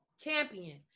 champion